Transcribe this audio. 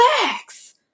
Relax